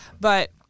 But-